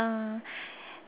uh